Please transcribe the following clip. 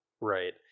Right